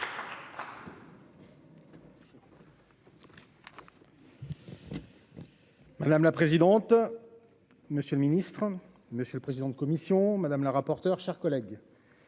Madame la présidente, monsieur le ministre, monsieur le président de commission, madame la rapporteure, chers collègues,